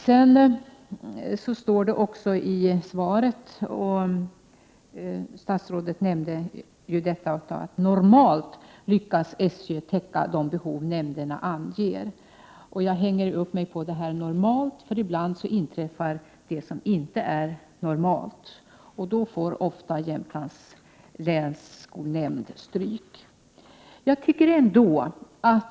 Det står i det skrivna svaret att SÖ normalt lyckas täcka de behov som nämnderna anger. Jag hänger upp mig på ordet normalt. Ibland inträffar sådant som inte är normalt, och då får ofta Jämtlands länsskolnämnd stryk.